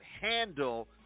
handle